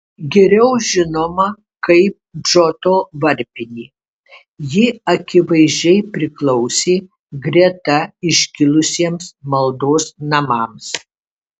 geriau žinoma kaip džoto varpinė ji akivaizdžiai priklausė greta iškilusiems maldos namams